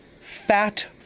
Fat